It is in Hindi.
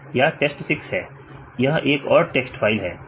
या TEST 6 है यह एक और टेक्स्ट फाइल है